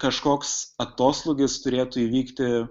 kažkoks atoslūgis turėtų įvykti